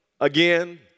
again